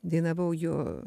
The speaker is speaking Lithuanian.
dainavau jo